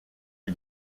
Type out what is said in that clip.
are